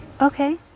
Okay